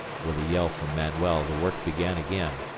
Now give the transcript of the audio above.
with a yell from manuel the work began again,